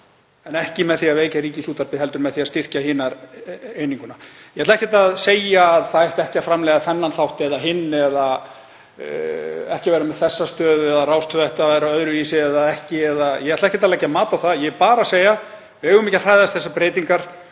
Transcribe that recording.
en ekki með því að veikja Ríkisútvarpið heldur með því að styrkja hina eininguna. Ég ætla ekkert að segja að það eigi ekki að framleiða þennan þátt eða hinn eða ekki að vera með þessa stöð eða að Rás 2 ætti að vera öðruvísi eða ekki, ég ætla ekkert að leggja mat á það. Ég er bara að segja: Við eigum ekki að hræðast þessar breytingar